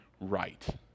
right